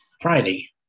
Friday